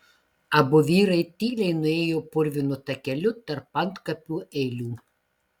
abu vyrai tyliai nuėjo purvinu takeliu tarp antkapių eilių